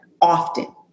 often